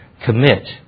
commit